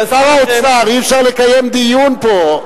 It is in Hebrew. שר האוצר, אי-אפשר לקיים דיון פה.